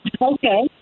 Okay